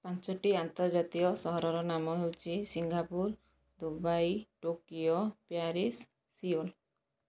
ପାଞ୍ଚଟି ଆନ୍ତର୍ଜାତୀୟ ସହରର ନାମ ହେଉଛି Singapore Dubai Tokyo Paris Seoul